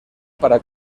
para